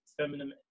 feminine